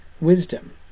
wisdom